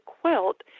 quilt